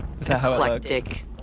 eclectic